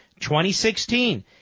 2016